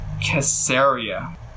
Caesarea